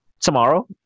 Tomorrow